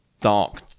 dark